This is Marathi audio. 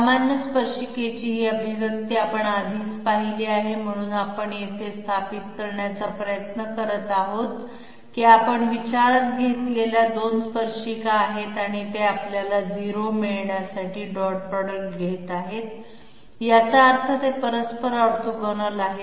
सामान्य स्पर्शिकेची ही अभिव्यक्ती आपण आधीच पाहिली आहे म्हणून आपण येथे स्थापित करण्याचा प्रयत्न करीत आहोत की आपण विचारात घेतलेल्या दोन स्पर्शिका आहेत आणि ते आपल्याला 0 मिळण्यासाठी डॉट प्रॉडक्ट घेत आहेत याचा अर्थ ते परस्पर ऑर्थोगोनल आहेत